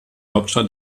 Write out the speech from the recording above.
hauptstadt